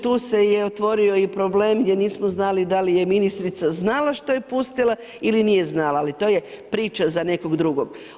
Tu se je otvorio i problem gdje nismo znali da je ministrica znala što je pustila ili nije znala ali to je priča za nekog drugog.